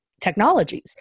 technologies